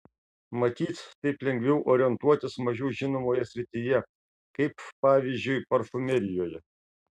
matyt taip lengviau orientuotis mažiau žinomoje srityje kaip pavyzdžiui parfumerijoje